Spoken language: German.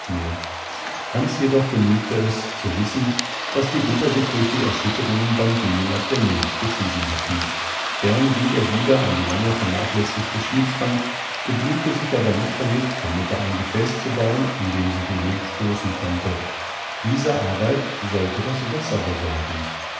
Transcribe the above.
mehr hans jedoch genügte es zu wissen daß die butter sich durch die erschütterungen beim gehen aus der milch geschieden hatte gern ging er wieder an die lange vernachlässigte schnitzbank begnügte sich aber nicht damit der mutter ein gefäß zu bauen in dem sie die milch stoßen konnte diese arbeit sollte das wasser besorgen